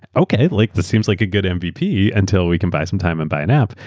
okay, like this seems like a good and mvp until we can buy some time and buy an app.